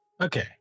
Okay